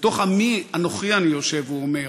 "בתוך עמי אנוכי יושב", הוא אומר,